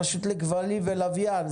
הרשות לכבלים ולוויין.